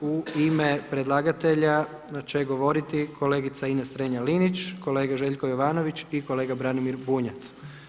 U ime predlagatelja će govoriti kolegica Ines Strenja Linić, kolega Željko Jovanović i kolega Branimir Bunjac.